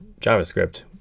JavaScript